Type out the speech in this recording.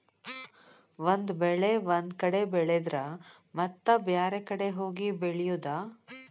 ಒಂದ ಬೆಳೆ ಒಂದ ಕಡೆ ಬೆಳೆದರ ಮತ್ತ ಬ್ಯಾರೆ ಕಡೆ ಹೋಗಿ ಬೆಳಿಯುದ